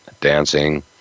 dancing